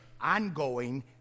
ongoing